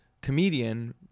comedian